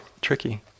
tricky